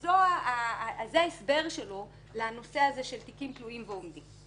זה הסבר שלו לנושא הזה של תיקים תלויים ועומדים.